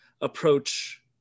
approach